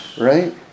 Right